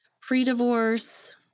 pre-divorce